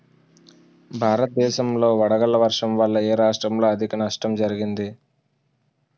భారతదేశం లో వడగళ్ల వర్షం వల్ల ఎ రాష్ట్రంలో అధిక నష్టం జరిగింది?